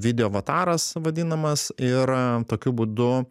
video avataras vadinamas ir a tokiu būdu